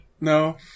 No